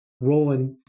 Roland